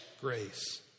grace